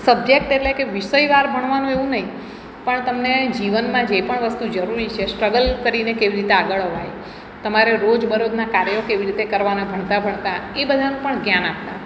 subject એટલે કે વિષય વાર ભણવાનું એવું નહીં પણ તમને જીવનમાં જે પણ વસ્તુ જરૂરી છે સ્ટ્રગલ કરીને કેવી રીતે આગળ અવાય તમારે રોજબરોજના કાર્યો કેવી રીતે કરવાના ભણતા ભણતા એ બધાનું પણ જ્ઞાન આપતા